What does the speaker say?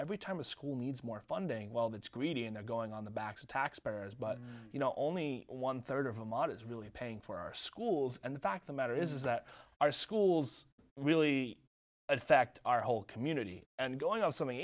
every time a school needs more funding well that's greedy and they're going on the backs of taxpayers but you know only one third of a model is really paying for our schools and the fact the matter is that our schools really affect our whole community and going on something